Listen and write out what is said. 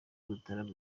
mutarama